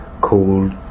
cold